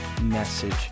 message